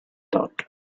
thought